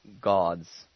gods